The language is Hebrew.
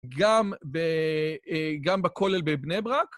גם בכולל בבני ברק.